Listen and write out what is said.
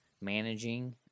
managing